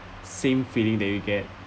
same feeling that you get